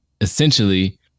essentially